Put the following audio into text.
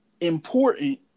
important